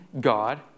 God